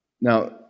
Now